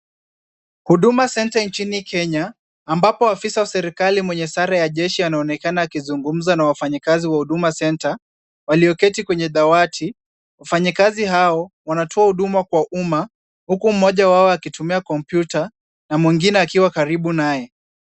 Huduma Centre nchini Kenya, ambapo afisa wa serikali mwenye sare ya jeshi anaonekana akizungumza na wafanyikazi wa Huduma Centre walioketi kwenye dawati. Wafanyikazi hao, wanatoa huduma kwa umma huku mmoja wao akitumia kompyuta na mwingine akiwa karibu naye.